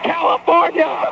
California